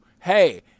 hey